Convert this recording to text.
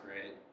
great